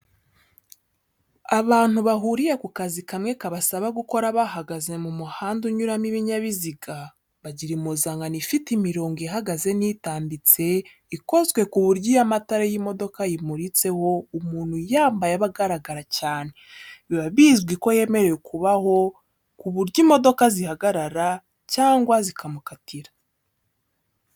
Abantu bahuriye ku kazi kamwe kabasaba gukora bahagaze mu muhanda unyuramo ibinyabiziga, bagira impuzankano ifite imirongo ihagaze n'itambitse, ikoze ku buryo iyo amatara y'imodoka ayimuritseho, umuntu uyambaye aba agaragara cyane, biba bizwi ko yemerewe kuba aho, ku buryo imodoka zihagarara cyangwa zikamukatira.